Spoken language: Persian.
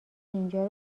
اینجا